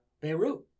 Beirut